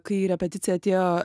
kai į repeticiją atėjo